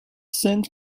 saint